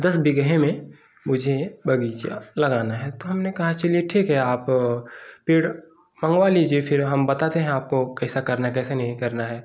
दस बीघे में मुझे बग़ीचा लगाना है तो हम ने कहा चलिए ठीक है तो आप पेड़ मंगवा लीजिए फिर हम बताते हैं आपको कैसा करना है कैसा नहीं करना हैं